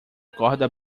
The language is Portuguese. corda